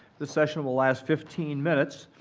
this session will last fifteen minutes.